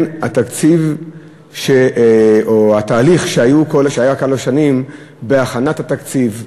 התקציב או התהליך שהיה כל השנים בהכנת התקציב,